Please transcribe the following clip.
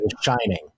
Shining